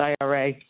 IRA